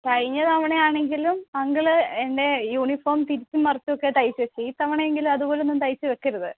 കഴിഞ്ഞ തവണ ആണെങ്കിലും അങ്കിൾ എൻ്റെ യൂണിഫോം തിരിച്ചും മറിച്ചും ഒക്കെയാണ് തയ്ച്ച് വെച്ചത് ഇത്തവണയെങ്കിലും അതുപോലെ ഒന്നും തയ്ച്ച് വയ്ക്കരുത്